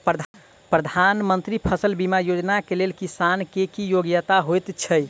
प्रधानमंत्री फसल बीमा योजना केँ लेल किसान केँ की योग्यता होइत छै?